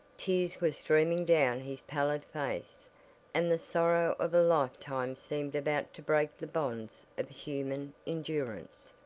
tears were streaming down his pallid face and the sorrow of a lifetime seemed about to break the bonds of human endurance.